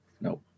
Nope